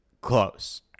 close